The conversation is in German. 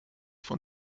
von